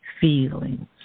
feelings